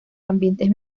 ambientes